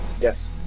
Yes